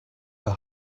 her